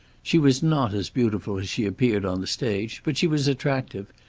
she was not as beautiful as she appeared on the stage, but she was attractive,